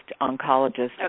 oncologist